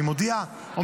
אני אומר להם: